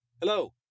Hello